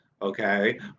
Okay